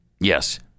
Yes